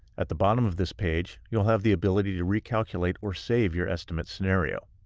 at the bottom of this page you will have the ability to recalculate or save your estimate scenario.